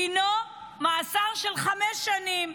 דינו מאסר של חמש שנים.